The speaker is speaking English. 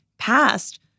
passed